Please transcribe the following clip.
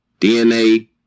DNA